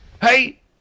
Hey